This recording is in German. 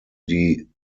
die